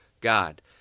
God